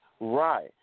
Right